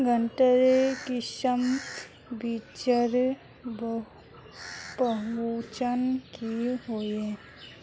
गन्नात किसम बिच्चिर पहचान की होय?